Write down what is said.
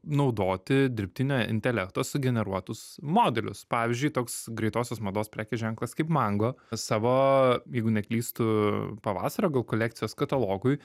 naudoti dirbtinio intelekto sugeneruotus modelius pavyzdžiui toks greitosios mados prekės ženklas kaip mango savo jeigu neklystu pavasario gal kolekcijos katalogui